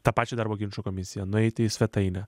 tą pačią darbo ginčų komisiją nueiti į svetainę